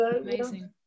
Amazing